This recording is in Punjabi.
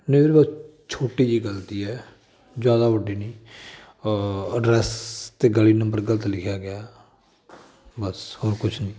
ਨਹੀਂ ਬਸ ਛੋਟੀ ਜਿਹੀ ਗਲਤੀ ਹੈ ਜ਼ਿਆਦਾ ਵੱਡੀ ਨਹੀਂ ਐਡਰੈਸ 'ਤੇ ਗਲੀ ਨੰਬਰ ਗਲਤ ਲਿਖਿਆ ਗਿਆ ਬਸ ਹੋਰ ਕੁਛ ਨਹੀਂ